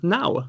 now